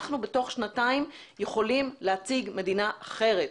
אנחנו בתוך שנתיים יכולים להציג מדינה אחרת.